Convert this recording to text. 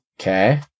Okay